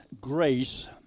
grace